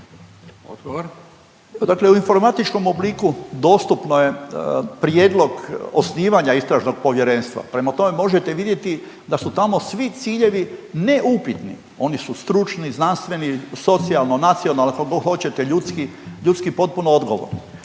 Dakle u informatičkom obliku dostupno je prijedlog osnivanja istražnog povjerenstva. Prema tome možete vidjeti da su tamo svi ciljevi neupitni. Oni su stručni, znanstveni, socijalno, nacionalno, kako hoćete ljudski, ljudski potpuno odgovorni